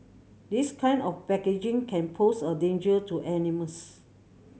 this kind of packaging can pose a danger to animals